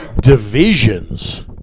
divisions